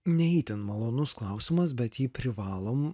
ne itin malonus klausimas bet jį privalom